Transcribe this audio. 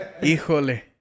Híjole